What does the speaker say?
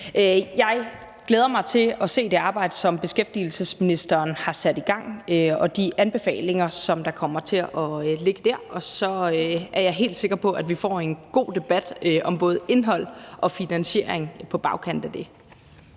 Jeg glæder mig til at se det arbejde, som beskæftigelsesministeren har sat i gang, og de anbefalinger, som kommer til at ligge der, og så er jeg helt sikker på, at vi får en god debat om både indhold og finansiering på bagkant af det.